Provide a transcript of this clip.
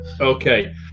Okay